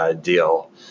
deal